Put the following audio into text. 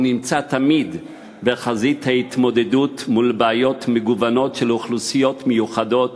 והוא נמצא תמיד בחזית ההתמודדות עם בעיות מגוונות של אוכלוסיות מיוחדות,